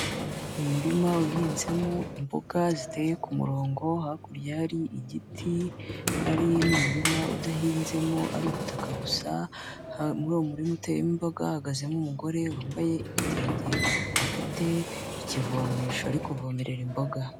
Umurima uhinzemo imbuga ziteye ku murongo, hakurya hari igiti, hari n'umurima udahinzemo ari ubutaka gusa, muruwo murima uteyemo imboga hahagazemo umugore wambaye ibitenge, afite ikivomesho arikuvomerera imboga.